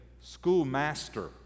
schoolmaster